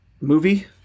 movie